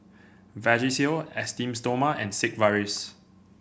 Vagisil Esteem Stoma and Sigvaris